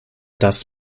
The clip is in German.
das